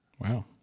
Wow